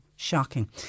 Shocking